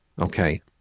okay